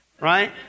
Right